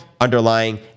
underlying